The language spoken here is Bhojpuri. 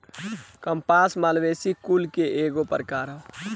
कपास मालवेसी कुल के एगो प्रकार ह